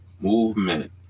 movement